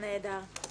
נהדר.